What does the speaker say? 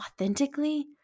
authentically